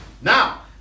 Now